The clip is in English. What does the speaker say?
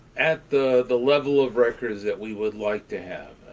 at the the level of records that we would like to have.